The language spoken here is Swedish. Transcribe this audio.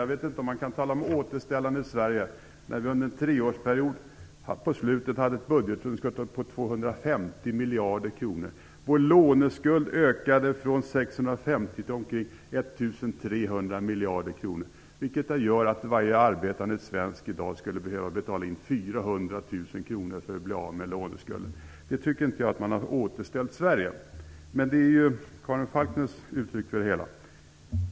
Jag vet inte om man kan tala om ett återställande av Sverige när vi i slutet av den borgerliga treårsperioden hade ett budgetunderskott på uppemot 250 miljarder kronor. Vår låneskuld ökade från 650 till omkring 1 300 miljarder kronor. Det gör att varje arbetande svensk i dag skulle behöva betala in 400 000 kronor för att vi skulle bli av med låneskulden. Då tycker inte jag att man har återställt Sverige. Men det var ju Karin Falkmers uttryck för det hela.